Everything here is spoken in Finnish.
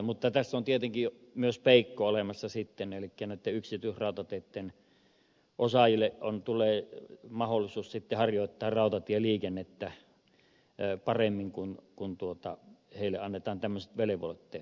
mutta tässä on tietenkin myös peikko olemassa elikkä näitten yksityisrautateitten osaajille tulee mahdollisuus sitten harjoittaa rautatieliikennettä paremmin kun heille annetaan tämmöiset velvoitteet